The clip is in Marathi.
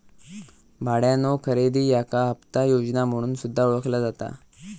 भाड्यानो खरेदी याका हप्ता योजना म्हणून सुद्धा ओळखला जाता